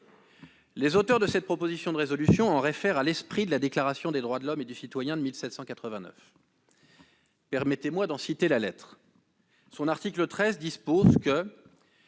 Les auteurs de cette proposition de résolution en réfèrent à l'esprit de la Déclaration des droits de l'homme et du citoyen de 1789. Permettez-moi d'en citer la lettre : son article XIII dispose que